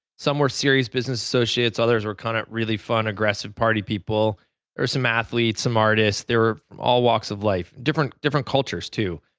some were serious business associates, others are kind of really fun, aggressive party people, there are some athletes, some artists, there are all walks of life, different different cultures, too.